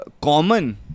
common